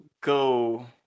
go